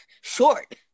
short